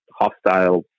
hostile